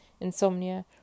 insomnia